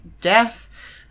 death